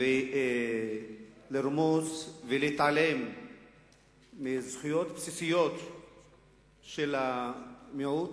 לרמוס ולהתעלם מזכויות בסיסיות של המיעוט.